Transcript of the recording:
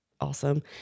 awesome